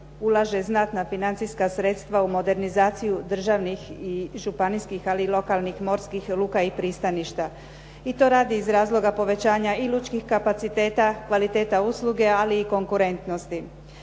ulaže znatna financijska sredstva u modernizaciju državnih i županijskih ali i lokalnih morskih luka i pristaništa i to radi iz razloga povećanja i lučkih kapaciteta kvaliteta usluge ali i konkurentnosti.